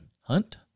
Hunt